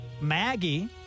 Maggie